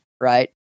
right